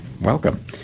Welcome